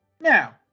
Now